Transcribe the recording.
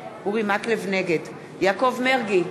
נגד יעקב מרגי,